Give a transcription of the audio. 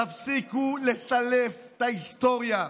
תפסיקו לסלף את ההיסטוריה.